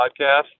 Podcast